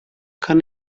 kann